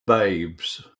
babes